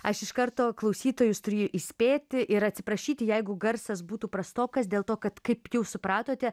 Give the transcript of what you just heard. aš iš karto klausytojus turiu įspėti ir atsiprašyti jeigu garsas būtų prastokas dėl to kad kaip jau supratote